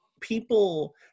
people